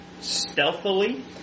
stealthily